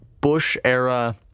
Bush-era